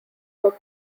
were